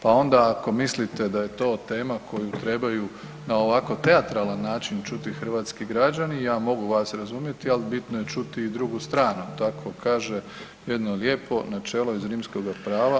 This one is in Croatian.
Pa onda ako mislite da je to tema koju trebaju na ovako teatralan način čuti hrvatski građani, ja mogu vas razumjeti ali bitno je čuti i drugu stranu, tako kaže jedno lijepo načelo iz rimskoga prava,